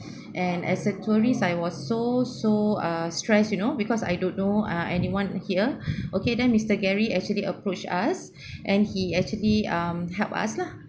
and as a tourist I was so so ah stress you know because I don't know ah anyone here okay then mister gary actually approach us and he actually um help us lah